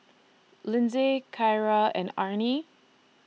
Lyndsay Kyra and Arne